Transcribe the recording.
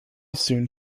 soon